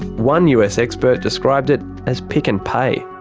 one us expert described it as pick and pay.